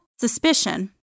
suspicion